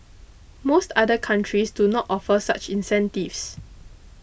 most other countries do not offer such incentives